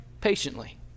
patiently